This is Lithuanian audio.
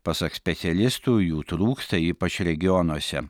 pasak specialistų jų trūksta ypač regionuose